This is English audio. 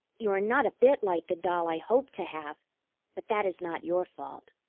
you are not a bit like the doll i hoped to have but that is not your fault.